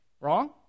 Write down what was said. wrong